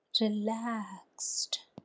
relaxed